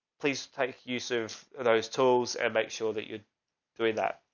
please take use of those tools and make sure that you're doing that.